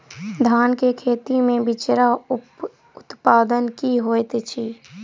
धान केँ खेती मे बिचरा उत्पादन की होइत छी?